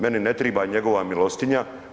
Meni ne treba njegova milostinja.